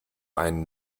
einen